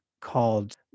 called